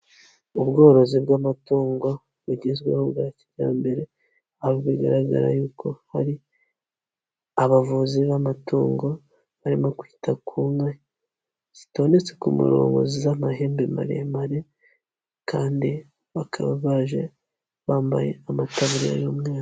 Ubworozi bw'amatungo bugezweho bwa kijyambere, aho bigaragara yuko hari abavuzi b'amatungo, barimo kwita ku nka zitondetse ku murongo z'amahembe maremare kandi bakaba baje bambaye amataburiya y'umweru.